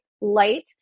light